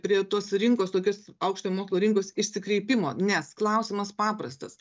prie tos rinkos tokios aukštojo mokslo rinkos išsikreipimo nes klausimas paprastas